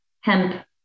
hemp